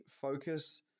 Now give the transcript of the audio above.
focus